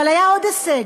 אבל היה עוד הישג,